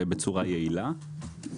בצורה יעילה.